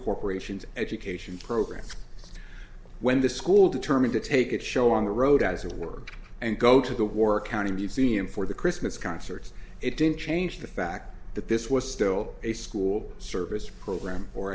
corporation's education program when the school determined to take it show on the road as it were and go to the war county museum for the christmas concerts it didn't change the fact that this was still a school service program or